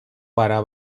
pare